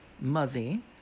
muzzy